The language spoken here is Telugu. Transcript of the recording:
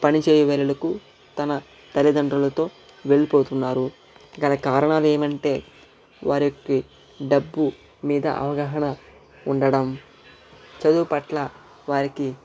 పనిచేయుటకు తమ తలిదండ్రులతో వెళ్లిపోతున్నారు గల కారణాలు ఏమంటే వారికి డబ్బు మీద అవగాహన ఉండడం చదువు పట్ల వారికి